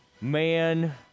man